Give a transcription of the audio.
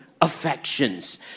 affections